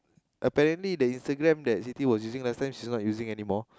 apparently the Instagram that Siti was using last time she's not using anymore